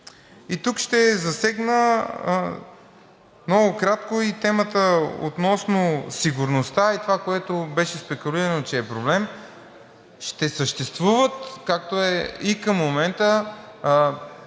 И тук ще засегна много накратко и темата относно сигурността и това, което беше спекулирано, че е проблем. Ще съществуват, както е и към момента,